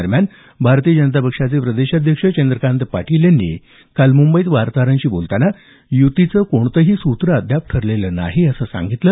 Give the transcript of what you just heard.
दरम्यान भाजपाचे प्रदेशाध्यक्ष चंद्रकांत पाटील यांनी काल मुंबईत वार्ताहरांशी बोलतांना युतीचं कोणतंही सूत्र अद्याप ठरलेलं नाही असं सांगितलं